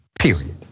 period